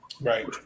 Right